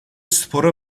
spora